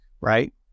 right